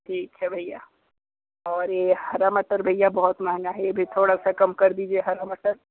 ठीक है भैया और ये हरा मटर भैया बहुत महंगा है ये भी थोड़ा सा कम कर दीजिए हरा मटर